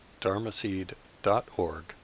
dharmaseed.org